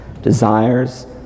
desires